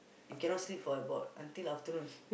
you cannot sleep for about until afternoon